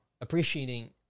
appreciating